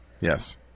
Yes